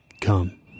come